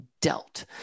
dealt